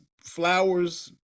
flowers